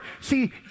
See